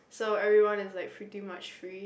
so everyone is like freaking much free